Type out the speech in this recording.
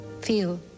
feel